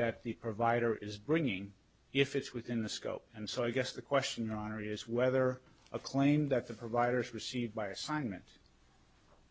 that the provider is bringing if it's within the scope and so i guess the question on area is whether a claim that the providers received by assignment